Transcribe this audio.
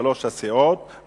שלוש הסיעות,